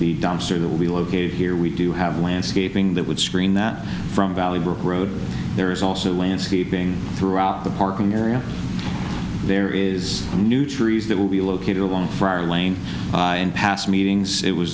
the dumpster that would be located here we do have landscaping that would scream that from valley road there is also landscaping throughout the parking area there is new trees that will be located along for our lane and past meetings it was